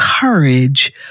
courage